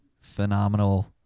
Phenomenal